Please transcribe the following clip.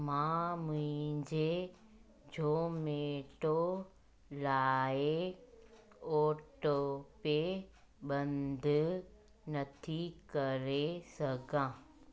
मां मुंहिंजे ज़ोमेटो लाइ ऑटोपे बंदि नथो करे सघां